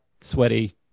sweaty